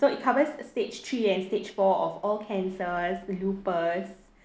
so it covers stage three and stage four of all cancers lupus